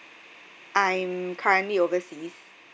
I'm currently overseas